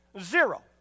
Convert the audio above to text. Zero